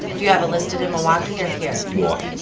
do you have it listed in milwaukee or here? milwaukee.